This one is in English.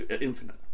Infinite